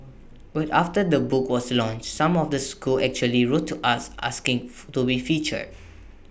but after the book was launched some of the schools actually wrote to us asking to be featured